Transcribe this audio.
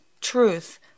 truth